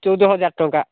ଚଉଦ ହଜାର ଟଙ୍କା